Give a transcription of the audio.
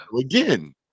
Again